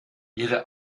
ihre